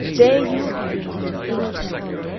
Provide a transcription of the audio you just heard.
there you will be, in an inner temple.